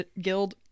guild